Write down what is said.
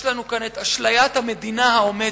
יש לנו כאן אשליית המדינה העומדת.